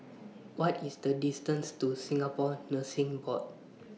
What IS The distance to Singapore Nursing Board